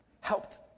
helped